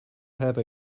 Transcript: have